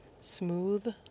Smooth